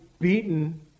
beaten